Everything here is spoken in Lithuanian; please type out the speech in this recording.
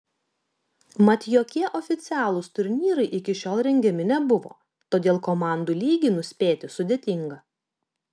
mat jokie oficialūs turnyrai iki šiol rengiami nebuvo todėl komandų lygį nuspėti sudėtinga